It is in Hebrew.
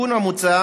התיקון המוצע